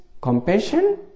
compassion